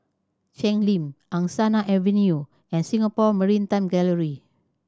Cheng Lim Angsana Avenue and Singapore Maritime Gallery